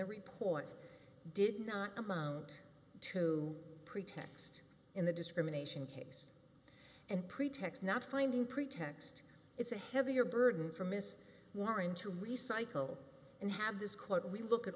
the report did not amount to pretext in the discrimination case and pretext not finding pretext it's a heavier burden for miss warren to recycle and have this quote we look at